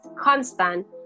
constant